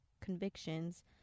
convictions